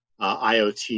IoT